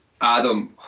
adam